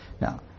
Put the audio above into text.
Now